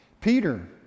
Peter